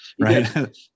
right